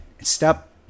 step